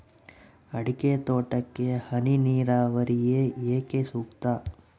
ಅಡಿಕೆ ತೋಟಕ್ಕೆ ಹನಿ ನೇರಾವರಿಯೇ ಏಕೆ ಸೂಕ್ತ?